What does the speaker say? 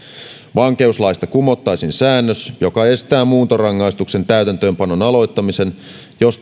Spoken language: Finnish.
vankeuslaista kumottaisiin säännös joka estää muuntorangaistuksen täytäntöönpanon aloittamisen jos